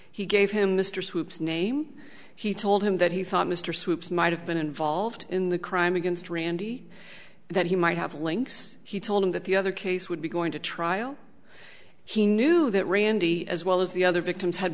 he gave him mr swipes name he told him that he thought mr swoopes might have been involved in the crime against randy that he might have links he told him that the other case would be going to trial he knew that randy as well as the other victims had